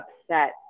upset